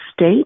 state